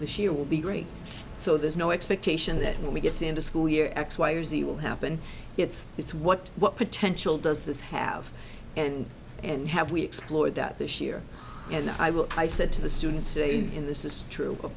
this year will be great so there's no expectation that when we get into school year x y or z will happen it's it's what what potential does this have and and have we explored that this year and i will i said to the students in this is true of